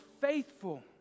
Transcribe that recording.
faithful